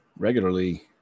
Regularly